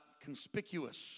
conspicuous